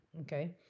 okay